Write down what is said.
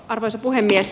arvoisa puhemies